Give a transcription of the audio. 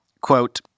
quote